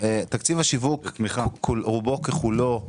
תקציב השיווק, רובו ככולו,